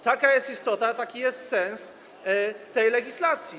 Taka jest istota, taki jest sens tej legislacji.